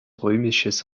römisches